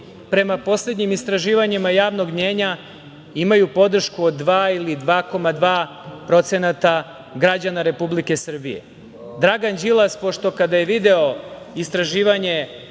prema poslednjim istraživanjima javnog mnjenja imaju podršku od 2% ili 2,2% građana Republike Srbije. Dragan Đilas, pošto kada je video istraživanje